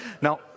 Now